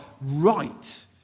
right